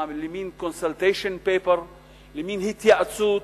למין consultation paper למין התייעצות,